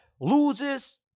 loses